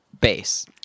base